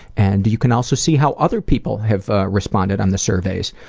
and you can also see how other people have ah responded on the surveys.